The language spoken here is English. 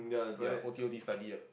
ya o_t_o_t study ah